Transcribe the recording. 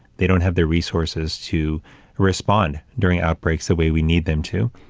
they don't have the resources to respond during outbreaks that way we need them to,